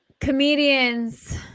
comedians